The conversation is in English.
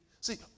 See